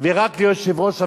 ורק ליושב-ראש הוועדה?